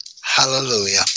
hallelujah